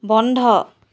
বন্ধ